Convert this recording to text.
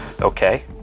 Okay